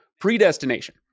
Predestination